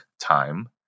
time